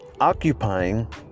occupying